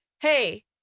hey